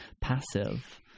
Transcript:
passive